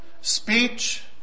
Speech